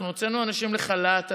אנחנו הוצאנו אנשים לחל"ת,